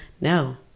No